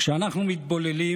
כשאנחנו מתבוללים,